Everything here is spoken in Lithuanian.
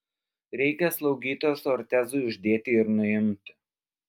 reikia slaugytojos ortezui uždėti ir nuimti